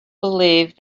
believed